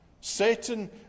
Satan